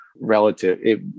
Relative